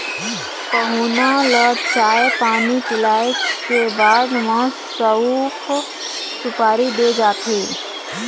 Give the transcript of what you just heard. पहुना ल चाय पानी पिलाए के बाद म सउफ, सुपारी दे जाथे